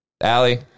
Allie